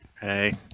Hey